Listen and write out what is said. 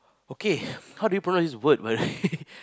okay how do you pronounce this word in Malay